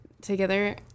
together